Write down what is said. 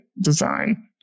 design